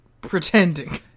pretending